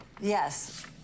Yes